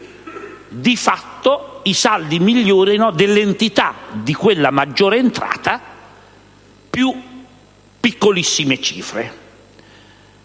Di fatto, i saldi migliorano dell'entità di quella maggiore entrata più piccolissime cifre.